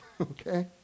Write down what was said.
okay